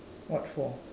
what for